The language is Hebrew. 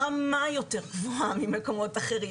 הרמה יותר גבוהה ממקומות אחרים,